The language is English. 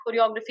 choreography